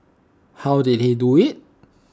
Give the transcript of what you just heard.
how did he do IT